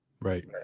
Right